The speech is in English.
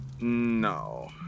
No